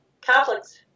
Catholics